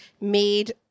made